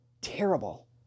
terrible